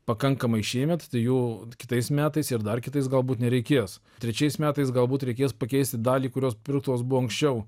pakankamai šiemet tai jų kitais metais ir dar kitais galbūt nereikės trečiais metais galbūt reikės pakeisti dalį kurios pirktos buvo anksčiau